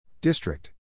District